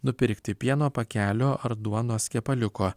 nupirkti pieno pakelio ar duonos kepaliuko